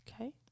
Okay